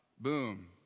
Boom